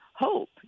Hope